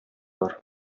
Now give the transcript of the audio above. бар